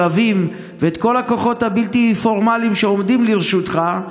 "שלבים" ואת כל הכוחות הבלתי-פורמליים שעומדים לרשותך,